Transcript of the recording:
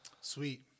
Sweet